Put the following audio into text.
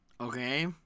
Okay